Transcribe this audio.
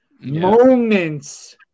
Moments